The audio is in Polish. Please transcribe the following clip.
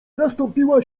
zastąpiła